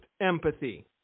empathy